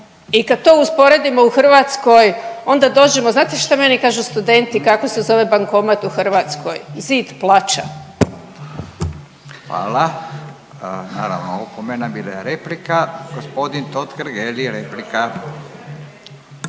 i kad to usporedimo u Hrvatskoj onda dođemo, znate šta meni kažu studenti kako se zove bankomat u Hrvatskoj, zid plača. **Radin, Furio (Nezavisni)** Hvala. Naravno opomena bila je replika. Gospodin Totgergeli replika.